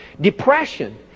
Depression